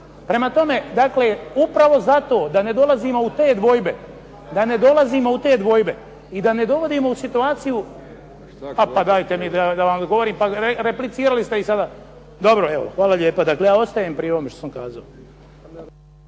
Prema tome, upravo zato da ne dolazimo u te dvojbe i da ne dovodimo u situaciju. A pa dajete mi da vam odgovorim, pa replicirati ste i sada. Dobro. Hvala lijepo. Dakle, ja ostajem pri ovome što sam kazao.